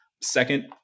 Second